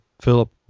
Philip